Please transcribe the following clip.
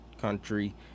country